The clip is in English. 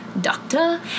doctor